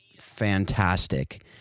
fantastic